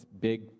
big